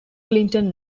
clinton